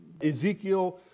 Ezekiel